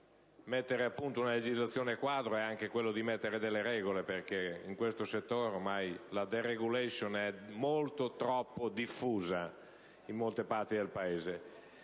mettere a punto una legislazione quadro, è anche quello di mettere delle regole, perché in questo settore ormai la *deregulation* è fin troppo diffusa in molte parti del Paese.